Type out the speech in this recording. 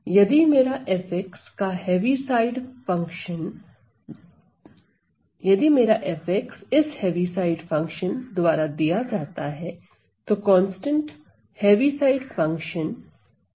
यदि मेरा f इस हेविसाइड फंक्शन द्वारा दिया जाता है तो कांस्टेंट हेविसाइड फंक्शन a